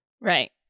Right